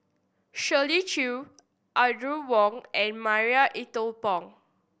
Shirley Chew Audrey Wong and Marie Ethel Bong